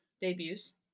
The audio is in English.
debuts